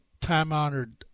time-honored